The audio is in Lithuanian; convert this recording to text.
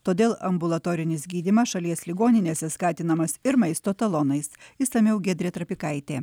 todėl ambulatorinis gydymas šalies ligoninėse skatinamas ir maisto talonais išsamiau giedrė trapikaitė